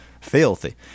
Filthy